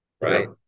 right